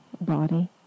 body